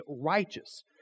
righteous